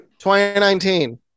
2019